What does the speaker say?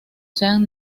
sean